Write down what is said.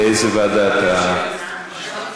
לאיזה ועדה אתה מעביר?